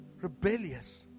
Rebellious